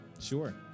Sure